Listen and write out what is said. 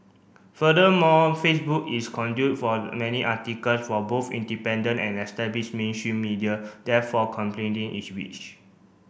furthermore Facebook is conduit for many article from both independent and establish mainstream media therefore its reach